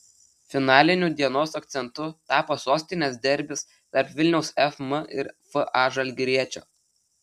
finaliniu dienos akcentu tapo sostinės derbis tarp vilniaus fm ir fa žalgiriečio